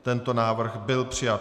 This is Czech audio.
Tento návrh byl přijat.